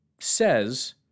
says